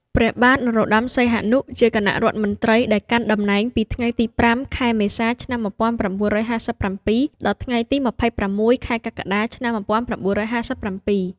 ព្រះបាទនរោត្តម សីហនុ ជាគណៈរដ្ឋមន្ត្រីដែលកាន់តំណែងពីថ្ងៃទី៥ ខែមេសា ឆ្នាំ១៩៥៧ ដល់ថ្ងៃទី ២៦ ខែកក្កដា ឆ្នាំ១៩៥៧។